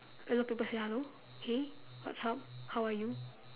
a lot of people say hello hey what's up how are you